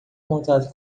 contato